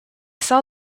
saw